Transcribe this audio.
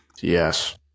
Yes